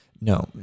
No